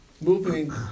moving